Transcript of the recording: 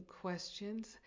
questions